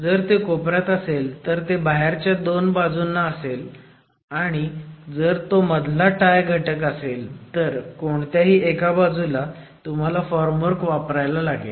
जर ते कोपऱ्यात असेल तर ते बाहेरच्या दोन बाजूंना असेल आणि जर तो मधला टाय घटक असेल तर कोणत्याही एका बाजूला तुम्हाला फॉर्म वर्क वापरायला लागेल